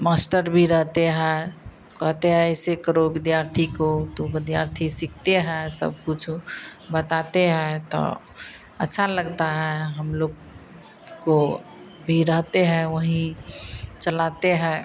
master भी रहते हैं कहते हैं ऐसे करो विद्यार्थी को तो विद्यार्थी सीखते हैं सब कुछ बताते हैं तो अच्छा लगता है हमलोग को भी रहते हैं वही चलाते हैं